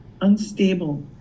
unstable